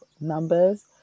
numbers